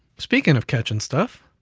speaking of catching stuff,